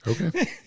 Okay